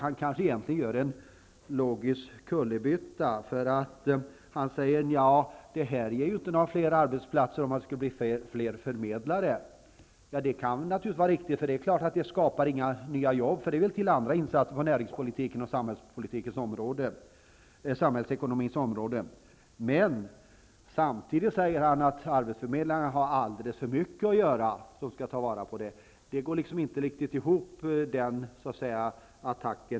Han kanske gör en logisk kullerbytta, när han säger att fler arbetsförmedlare inte ger några fler arbetstillfällen. Det kan naturligtvis vara riktigt, eftersom det inte skapar fler jobb. För detta krävs andra insatser på näringspolitikens och samhällsekonomins områden. Men samtidigt säger han att arbetsförmedlarna har alldeles för mycket att göra. Detta går inte riktigt ihop.